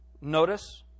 notice